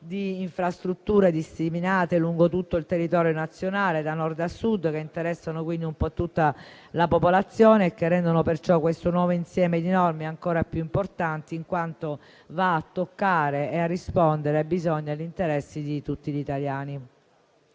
di infrastrutture disseminate lungo tutto il territorio nazionale, da Nord a Sud, che interessano quindi un po' tutta la popolazione e rendono perciò questo nuovo insieme di norme ancora più importante, in quanto va a toccare e a rispondere ai bisogni e agli interessi di tutti gli italiani.